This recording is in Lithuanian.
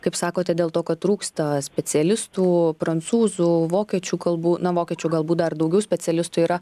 kaip sakote dėl to kad trūksta specialistų prancūzų vokiečių kalbų na vokiečių galbūt dar daugiau specialistų yra